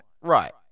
Right